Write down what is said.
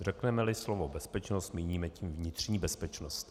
Řeknemeli slovo bezpečnost, míníme tím vnitřní bezpečnost.